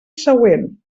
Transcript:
següent